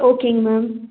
ஓகேங்க மேம்